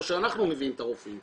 או שאנחנו מביאים את הרופאים.